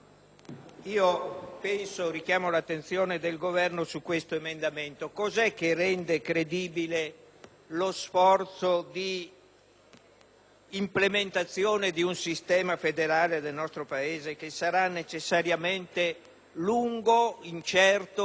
di implementazione di un sistema federale nel nostro Paese, sforzo che sarà necessariamente lungo, incerto e complesso? Renderebbe credibile questo sforzo la dimostrazione che nelle scelte dell'oggi, non in quelle del domani,